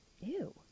Ew